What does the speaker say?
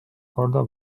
korda